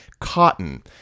cotton